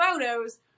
photos